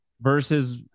versus